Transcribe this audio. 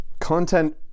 content